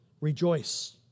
Rejoice